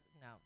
no